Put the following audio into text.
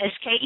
SKE